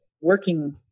working